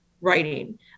writing